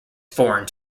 foreign